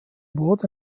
wurde